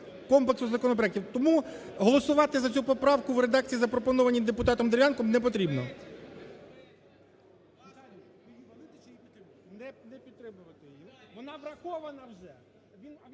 комплексу законопроектів. Тому голосувати за цю поправку в редакції, запропонованій депутатом Дерев'янком, не потрібно. (Шум у залі) Та не